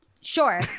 Sure